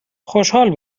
خوشحال